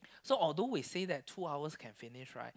so although we say that two hours can finish right